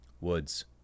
Woods